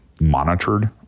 monitored